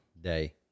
day